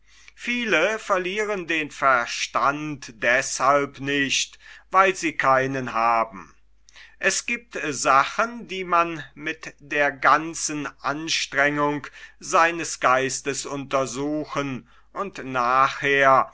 viele verlieren den verstand deshalb nicht weil sie keinen haben es giebt sachen die man mit der ganzen anstrengung seines geistes untersuchen und nachher